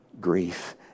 grief